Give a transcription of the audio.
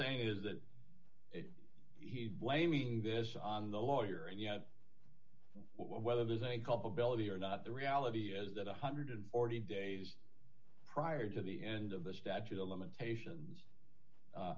saying is that he's blaming this on the lawyer and you know whether there's any culpability or not the reality is that one hundred and forty days prior to the end of the statute of limitations